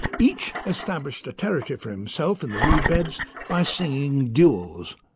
each established a territory for himself in the reed beds by singing duels.